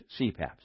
CPAPs